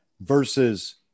Versus